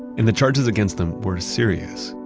and the charges against them were serious.